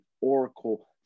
Oracle